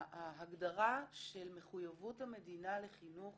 ההגדרה של מחויבות המדינה לחינוך